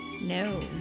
no